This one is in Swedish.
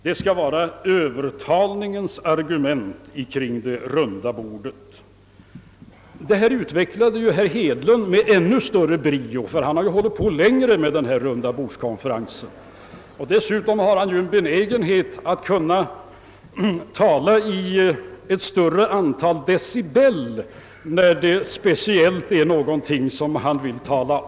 Det skall vara övertalningens argument kring det runda bordet. Detta utvecklade herr Hedlund med ännu större brio, ty han har hållit på längre med denna rundabordskonferens och dessutom har han ju en förmåga att så att säga tala i ett större antal decibel när det är något han speciellt vill framhålla.